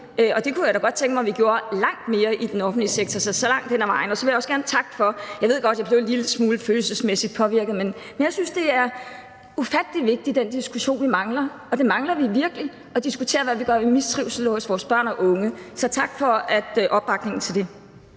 Og det kunne jeg da godt tænke mig vi gjorde langt mere, langt hen ad vejen i den offentlige sektor. Så vil jeg også gerne takke for opbakningen. Jeg ved godt, at jeg blev en lille smule følelsesmæssigt påvirket, men jeg synes, det er en ufattelig vigtig diskussion, vi mangler. Vi mangler virkelig at diskutere, hvad vi gør ved mistrivsel hos vores børn og unge, så tak for opbakningen til det.